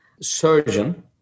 surgeon